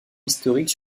historique